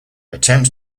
attempts